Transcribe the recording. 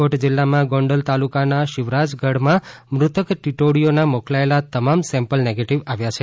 રાજકોટ જિલ્લામાં ગોંડલ તાલુકાના શિવરાજગઢમાં મૃતક ટીટોડીઓના મોકલાયેલા તમામ સેમ્પલ નેગેટિવ આવ્યા છે